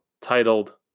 titled